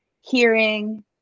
hearing